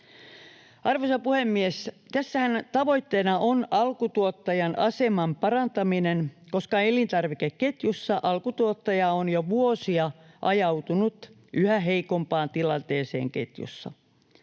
Arvoisa puhemies! Tässähän tavoitteena on alkutuottajan aseman parantaminen, koska elintarvikeketjussa alkutuottaja on jo vuosia ajautunut yhä heikompaan tilanteeseen ketjussa.